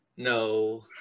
No